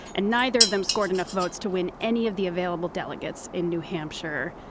and neither of them scored enough votes to win any of the available delegates in new hampshire.